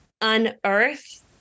unearth